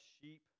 sheep